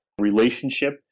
relationship